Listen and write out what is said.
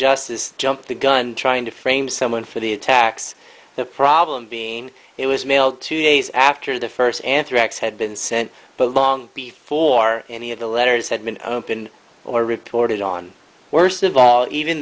justice jumped the gun trying to frame someone for the attacks that being it was mailed to days after the first anthrax had been sent but long before any of the letters had been opened or reported on worst of all even